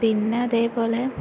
പിന്നെ അതേപോലെ